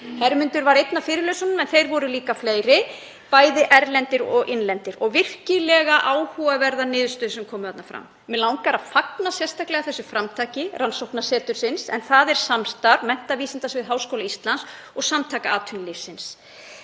Hermundur var einn af fyrirlesurunum, en þeir voru líka fleiri, bæði erlendir og innlendir, og virkilega áhugaverðar niðurstöður sem komu þar fram. Mig langar að fagna sérstaklega þessu framtaki Rannsóknarsetursins, en það er samstarf Menntavísindasviðs Háskóla Íslands og Samtaka atvinnulífsins.